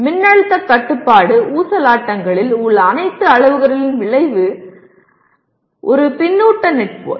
மின்னழுத்த கட்டுப்பாட்டு ஆஸிலேட்டர் ஒரு பின்னூட்ட நெட்வொர்க்